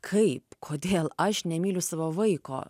kaip kodėl aš nemyliu savo vaiko